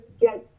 get